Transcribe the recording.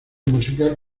musical